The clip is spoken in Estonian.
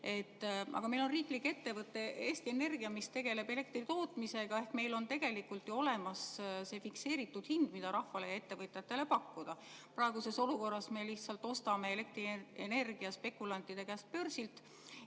Aga meil on riiklik ettevõte Eesti Energia, mis tegeleb elektri tootmisega, ehk meil on tegelikult ju olemas see fikseeritud hind, mida rahvale ja ettevõtjatele pakkuda. Praeguses olukorras me lihtsalt ostame elektrienergiat spekulantide käest börsilt.